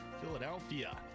Philadelphia